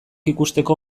ikusteko